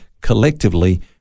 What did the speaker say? collectively